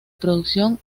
producción